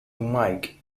mike